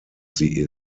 sie